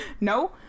no